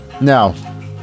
now